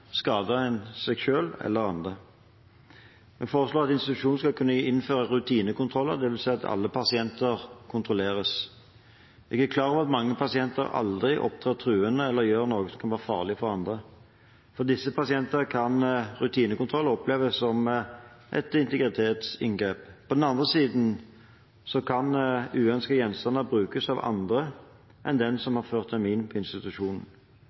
skade dem selv eller andre. Vi foreslår at institusjonene skal kunne innføre rutinekontroller, dvs. at alle pasienter kontrolleres. Jeg er klar over at mange pasienter aldri opptrer truende eller gjør noe som kan være farlig for andre. For disse pasientene kan rutinekontrollene oppleves som et integritetsinngrep. På den annen side kan uønskede gjenstander brukes av andre enn den som